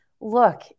look